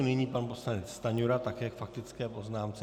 Nyní pan poslanec Stanjura také k faktické poznámce.